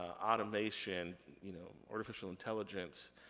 automation, you know artificial intelligence,